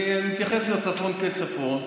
אני מתייחס לצפון כצפון,